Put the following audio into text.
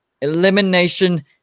Elimination